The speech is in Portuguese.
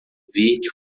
verde